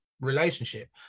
relationship